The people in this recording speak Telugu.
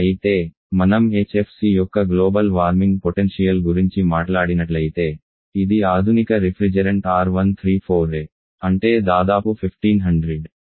అయితే మనం HFC యొక్క గ్లోబల్ వార్మింగ్ పొటెన్షియల్ గురించి మాట్లాడినట్లయితే ఇది ఆధునిక రిఫ్రిజెరెంట్ R134a అంటే దాదాపు 1500